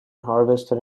harvested